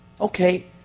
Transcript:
okay